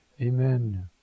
Amen